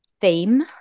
theme